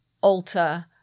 alter